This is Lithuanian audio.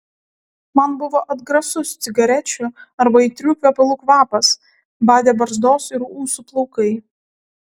man buvo atgrasus cigarečių arba aitrių kvepalų kvapas badė barzdos ir ūsų plaukai